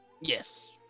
Yes